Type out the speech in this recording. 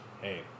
Hey